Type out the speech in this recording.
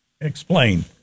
Explain